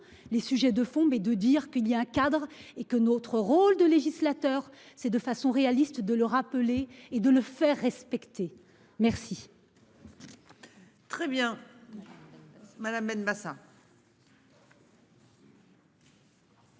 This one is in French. les sujets de fond mais de dire qu'il y a un cadre et que notre rôle de législateur, c'est de façon réaliste de le rappeler et de le faire respecter. Merci. Très bien. Madame Benbassa.